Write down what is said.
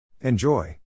Enjoy